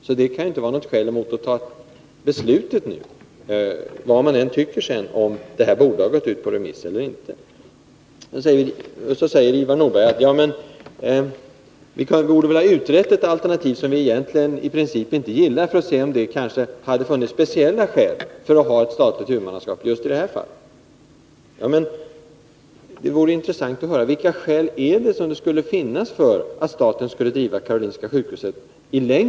Men oavsett vad man tycker — om det borde ha gått ut på remiss eller inte — kan det inte vara något skäl mot att nu fatta beslut. Vidare säger Ivar Nordberg att vi borde ha utrett ett statligt huvudmannaskap, ett alternativ som vi i princip inte gillar, för att se om det kanske i just det här fallet hade funnits speciella skäl för det. Det vore intressant att höra vilka skäl det skulle kunna finnas för att staten i längden skall driva Karolinska sjukhuset.